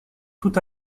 tout